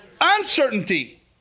uncertainty